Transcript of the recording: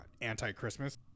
anti-Christmas